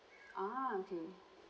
ah okay